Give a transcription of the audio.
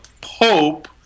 Pope